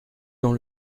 dans